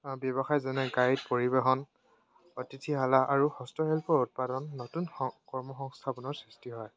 ব্যৱসায় যেনে গাড়ীত পৰিবহণ অতিথিশালা আৰু হস্তশিল্পৰ উৎপাদন নতুন কৰ্ম সংস্থাপনৰ সৃষ্টি হয়